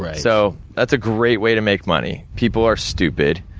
right. so that's a great way to make money. people are stupid,